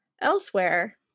Elsewhere